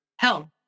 hell